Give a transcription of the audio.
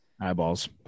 Eyeballs